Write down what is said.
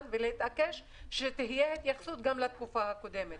ולהתעקש שתהיה התייחסות לתקופה הקודמת.